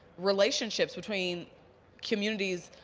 relationships between communities,